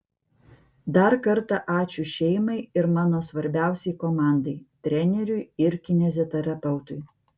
dar kartą ačiū šeimai ir mano svarbiausiai komandai treneriui ir kineziterapeutui